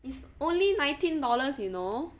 it's only nineteen dollars you know